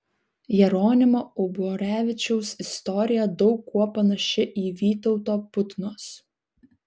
jeronimo uborevičiaus istorija daug kuo panaši į vytauto putnos